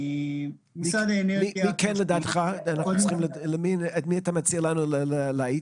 את מי אתה מציע לנו להאיץ?